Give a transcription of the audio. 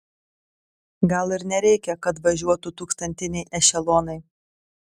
gal ir nereikia kad važiuotų tūkstantiniai ešelonai